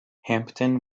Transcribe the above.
hampton